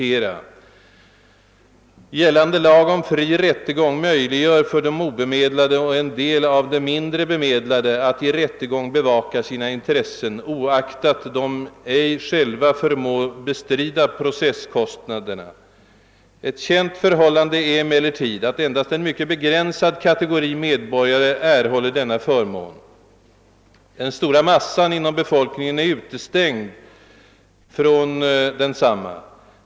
Jag ber att få citera ur denna motivering följande: »Gällande lag om fri rättegång möjliggör för de obemedlade och en del av de mindre bemedlade att i rättegång bevaka sina intressen, oaktat de ej själva förmå bestrida processkostnaderna. Ett känt förhållande ——— är emellertid att endast en mycket begränsad kategori medborgare erhåller denna förmån. Den stora massan inom befolkningen är utestängd från densamma.